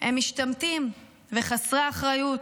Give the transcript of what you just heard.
הם משתמטים וחסרי אחריות.